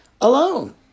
alone